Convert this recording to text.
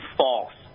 false